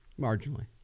Marginally